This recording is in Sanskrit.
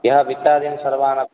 यः वित्तादीन् सर्वानपि